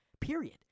period